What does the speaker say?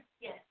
Yes